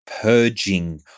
purging